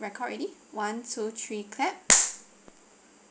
record already one two three clap